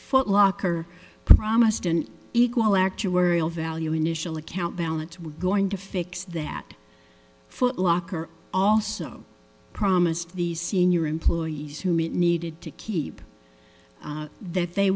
footlocker promised an equal actuarial value initial account balance we're going to fix that footlocker also promised the senior employees who meet needed to keep that they